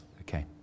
okay